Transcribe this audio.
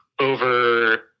over